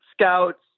scouts